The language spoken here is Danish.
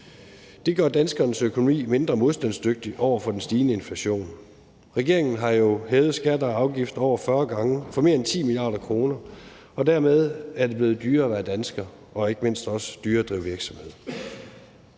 Det gør danskernes økonomi mindre modstandsdygtig over for den stigende inflation. Regeringen har jo hævet skatter og afgifter over 40 gange, for mere end 10 mia. kr., og dermed er det blevet dyrere at være dansker og ikke mindst også dyrere at drive virksomhed.